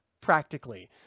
practically